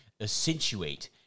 accentuate